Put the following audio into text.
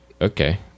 okay